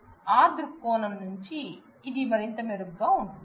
ఆ దృక్కోణం నుంచి ఇది మరింత మెరుగ్గా ఉంటుంది